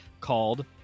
called